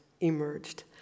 emerged